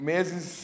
Meses